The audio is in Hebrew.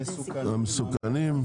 המסוכנים.